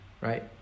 right